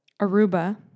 Aruba